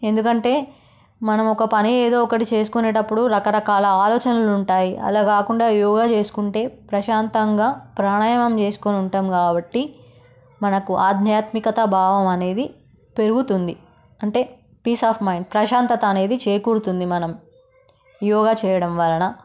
ఎందుకంటే మనం ఒక పని ఏదో ఒకటి చేసుకునేటప్పుడు రకరకాల ఆలోచనలు ఉంటాయి అలా కాకుండా యోగా చేసుకుంటే ప్రశాంతంగా ప్రాణాయామం చేసుకుంటాము కాబట్టి మనకు ఆధ్యాత్మిక భావం అనేది పెరుగుతుంది అంటే పీస్ ఆఫ్ మైండ్ ప్రశాంతత అనేది చేకూరుతుంది మనం యోగా చేయడం వలన